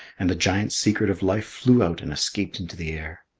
and the giant's secret of life flew out and escaped into the air.